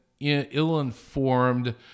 ill-informed